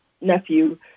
nephew